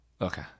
Okay